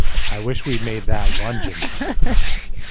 i wish we'd made that one gym class